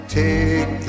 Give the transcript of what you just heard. take